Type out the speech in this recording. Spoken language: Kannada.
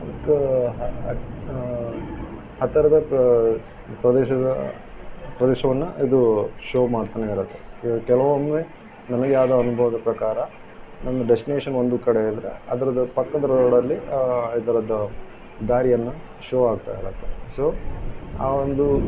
ಹತ್ತು ಹತ್ತಿರದ ಪ್ರದೇಶದ ಪ್ರದೇಶವನ್ನು ಇದು ಶೋ ಮಾಡ್ತಾನೇ ಇರುತ್ತೆ ಕೆಲವೊಮ್ಮೆ ನಮಗೆ ಆದ ಅನುಭವದ ಪ್ರಕಾರ ನಮ್ಮದು ಡೆಸ್ಟಿನೇಶನ್ ಒಂದು ಕಡೆ ಇದ್ದರೆ ಅದ್ರದ್ದು ಪಕ್ಕದ ರೋಡಲ್ಲಿ ಇದರದ್ದು ದಾರಿಯನ್ನ ಶೋ ಆಗ್ತಾ ಇರುತ್ತೆ ಸೊ ಆ ಒಂದು